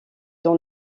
dans